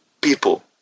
people